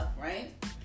right